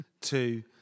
Two